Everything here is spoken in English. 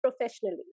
professionally